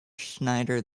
schneider